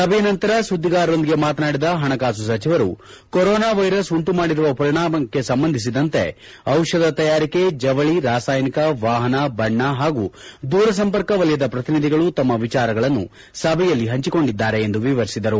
ಸಭೆಯ ನಂತರ ಸುದ್ಲಿಗಾರರೊಂದಿಗೆ ಮಾತನಾಡಿದ ಹಣಕಾಸು ಸಚಿವರು ಕೊರೋನಾ ವೈರಸ್ ಉಂಟು ಮಾಡಿರುವ ಪರಿಣಾಮಕ್ಕೆ ಸಂಬಂಧಿಸಿದಂತೆ ಔಷಧಿ ತಯಾರಿಕೆ ಜವಳಿ ರಸಾಯನಿಕ ವಾಹನ ಬಣ್ಣ ಹಾಗೂ ದೂರ ಸಂಪರ್ಕ ವಲಯದ ಪ್ರತಿನಿಧಿಗಳು ತಮ್ಮ ವಿಚಾರಗಳನ್ನು ಸಭೆಯಲ್ಲಿ ಹಂಚಿಕೊಂಡಿದ್ದಾರೆ ಎಂದು ವಿವರಿಸಿದರು